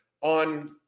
on